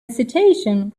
citation